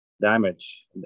damage